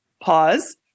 pause